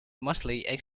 mostly